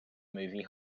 movie